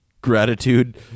gratitude